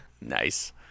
nice